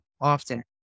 often